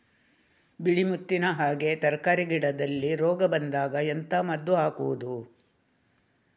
ಬಿಳಿ ಮುತ್ತಿನ ಹಾಗೆ ತರ್ಕಾರಿ ಗಿಡದಲ್ಲಿ ರೋಗ ಬಂದಾಗ ಎಂತ ಮದ್ದು ಹಾಕುವುದು?